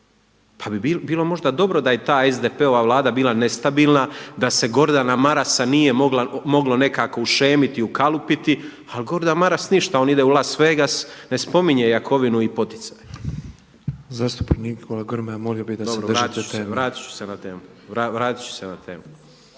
Pa bi bilo možda dobro da je ta SDP-ova Vlada bila nestabilna, da se Gordana Marasa nije moglo nekako ušemiti i ukalupiti ali Gordan Maras ništa, on ide u Las Vegas, ne spominje Jakovinu i poticaje. **Petrov, Božo (MOST)** Zastupnik Nikola Grmoja molio bih da se držite teme. **Grmoja, Nikola